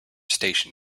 station